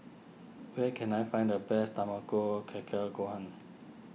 where can I find the best Tamago Kake Gohan